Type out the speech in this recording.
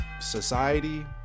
society